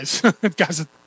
guys